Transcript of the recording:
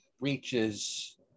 reaches